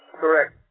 Correct